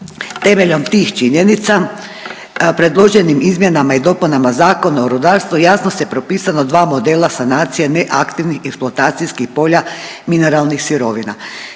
Temeljom tih činjenica predloženim izmjenama i dopunama Zakona o rudarstvu jasno se propisala dva modela sanacije neaktivnih eksploatacijskih polja mineralnih sirovina.